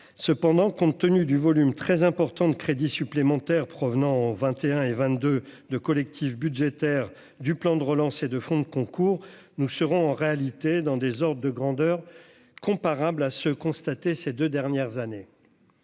cependant, compte tenu du volume très important de crédits supplémentaires provenant 21 et 22 de collectif budgétaire du plan de relance et de fonds de concours, nous serons en réalité dans des ordres de grandeur comparable à ceux constatés ces 2 dernières années,